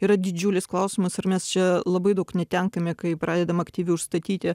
yra didžiulis klausimas ar mes čia labai daug netenkame kai pradedam aktyviai užstatyti